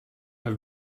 have